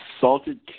salted